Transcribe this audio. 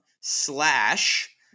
slash